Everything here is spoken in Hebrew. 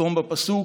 אחתום בפסוק: